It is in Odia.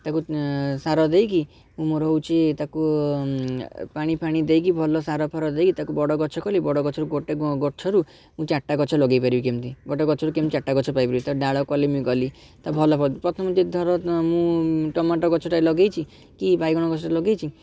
ତାକୁ ସାର ଦେଇକି ମୁଁ ମୋର ହେଉଛି ତାକୁ ପାଣିଫାଣି ଦେଇକି ଭଲ ସାରଫାର ଦେଇ ତାକୁ ବଡ଼ ଗଛ କଲି ବଡ଼ ଗଛରୁ ଗୋଟେ ଗଛରୁ ମୁଁ ଚାରିଟା ଗଛ ଲଗେଇପାରିବି କେମିତି ଗୋଟେ ଗଛରୁ କେମିତି ଚାରିଟା ଗଛ ପାଇପାରିବି ତା'ର ଡାଳ କଲିମି କଲି ତା' ଭଲ ପ ପ୍ରଥମ ଯଦି ଧର ମୁଁ ଟମାଟୋ ଗଛଟାଏ ଲଗେଇଛି କି ବାଇଗଣ ଗଛ ଲଗେଇଛି